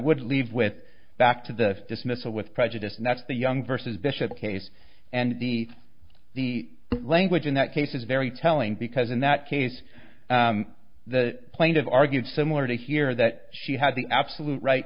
would leave with back to the dismissal with prejudice and that's the young versus bishop case and the the language in that case is very telling because in that case the plaintive argued similar to here that she had the absolute right